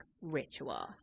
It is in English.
ritual